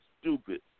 stupid